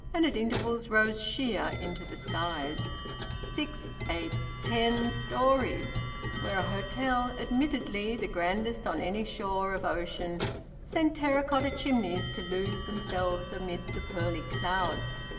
and at intervals rose sheer into the skies six, eight, ten storeys where a hotel, admittedly the grandest on any shore of ocean sent terra-cotta chimneys to lose themselves amid the pearly clouds.